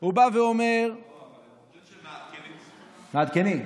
הוא בא ואומר, לא, הם אומרים שמעדכנים אותו.